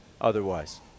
otherwise